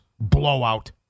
Blowout